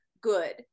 good